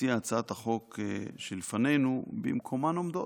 מציע הצעת החוק שלפנינו, במקומן עומדות,